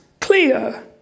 clear